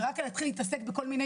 ורק כדי לא להתחיל להתעסק עם כל מיני